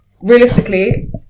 realistically